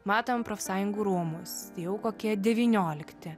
matom profsąjungų rūmus tai jau kokie devyniolikti